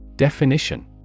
Definition